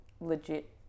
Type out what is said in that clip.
legit